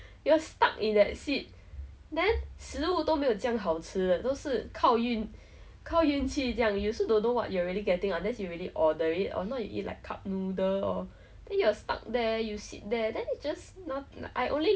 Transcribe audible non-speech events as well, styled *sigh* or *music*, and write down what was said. *noise* okay loh but I think nowadays at this day and age 大家都很敏感 like saving the earth that kind of thing like !wah! destroying the earth which is true and it's very important to think about like generally if they fly the plane at lesser than when it was